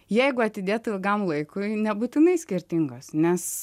jeigu atidėt ilgam laikui nebūtinai skirtingos nes